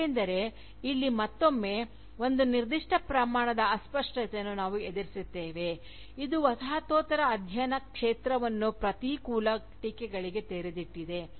ಏಕೆಂದರೆ ಇಲ್ಲಿ ಮತ್ತೊಮ್ಮೆ ಒಂದು ನಿರ್ದಿಷ್ಟ ಪ್ರಮಾಣದ ಅಸ್ಪಷ್ಟತೆಯನ್ನು ನಾವು ಎದುರಿಸುತ್ತೇವೆ ಇದು ವಸಾಹತೋತ್ತರ ಅಧ್ಯಯನ ಕ್ಷೇತ್ರವನ್ನು ಪ್ರತಿಕೂಲ ಟೀಕೆಗಳಿಗೆ ತೆರೆದಿಟ್ಟಿದೆ